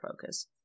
focus